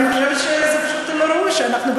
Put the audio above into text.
אני חושבת שזה לא ראוי שאנחנו,